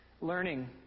Learning